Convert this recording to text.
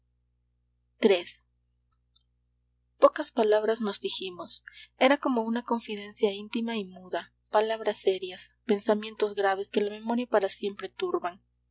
pocas palabras nos dijimos era como una confidencia íntima y muda palabras serias pensamientos graves que la memoria para siempre turban